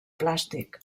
plàstic